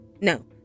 No